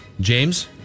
James